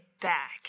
back